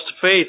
faith